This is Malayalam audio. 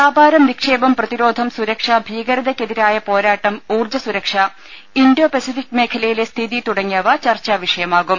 വൃാപാരം നിക്ഷേപം പ്രതിരോധം സുരക്ഷ ഭീകരതയ്ക്കെ തിരായ പോരാട്ടം ഊർജ്ജസുരക്ഷ ഇൻഡോ പെസിഫിക്ക് മേഖലയിലെ സ്ഥിതി തുടങ്ങിയവ ചർച്ചാവിഷ യമാകും